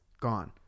gone